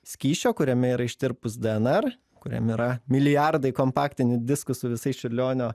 skysčio kuriame yra ištirpus dnr kuriam yra milijardai kompaktinių diskų su visais čiurlionio